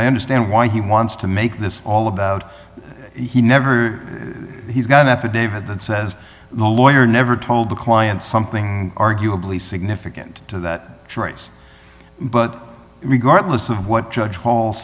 i understand why he wants to make this all about he never he's got an affidavit that says the lawyer never told the client something arguably significant to that choice but regardless of what judge